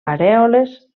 arèoles